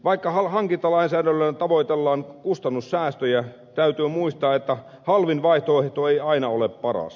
vaikka hankintalainsäädännöllä tavoitellaan kustannussäästöjä täytyy muistaa että halvin vaihtoehto ei aina ole paras